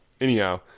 Anyhow